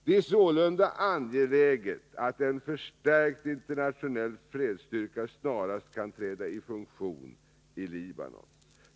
Det är sålunda angeläget att en förstärkt internationell fredsstyrka snarast kan träda i funktion i Libanon.